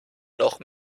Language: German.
noch